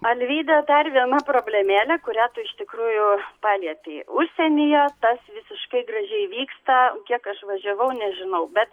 alvyda dar viena problemėlė kurią tu iš tikrųjų palietei užsienyje tas visiškai gražiai vyksta kiek aš važiavau nežinau bet